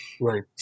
right